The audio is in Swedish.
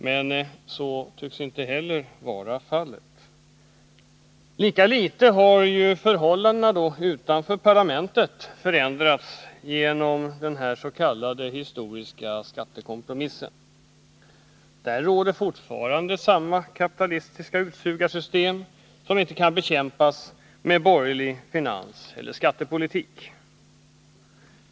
Men så tycks inte vara fallet. Lika litet har förhållandet utanför parlamentet förändrats genom den s.k. historiska skattekompromissen. Där råder fortfarande samma kapitalistiska utsugarsystem, som inte kan bekämpas med borgerlig finanseller skattepolitik.